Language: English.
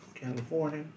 California